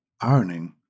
ironing